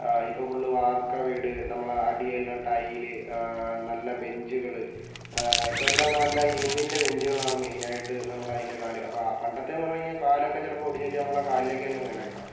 ഇപ്പോൾ ഫുള്ള് വാർക്ക വീട് നമ്മൾ അടിയെല്ലാം ടൈല് നല്ല ബെഞ്ചുകൾ ഇപ്പോൾ എല്ലാം നല്ല ഇരുമ്പിൻ്റെ ബെഞ്ചുകൾ ആണ് മെയിൻ ആയിട്ട് നമ്മുടെ അതിൻ്റെ കാല് അപ്പോൾ ആ പണ്ടത്തെ എന്ന് പറഞ്ഞ് കഴിഞ്ഞാൽ കാലൊക്കെ ചിലപ്പോൾ ഒടിഞ്ഞിട്ട് നമ്മുടെ കാലിലേക്ക് തന്നെ വീണേക്കാം